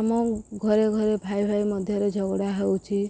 ଆମ ଘରେ ଘରେ ଭାଇ ଭାଇ ମଧ୍ୟରେ ଝଗଡ଼ା ହେଉଛି